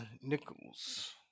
Nichols